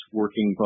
working